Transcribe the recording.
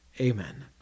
Amen